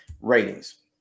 ratings